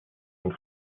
und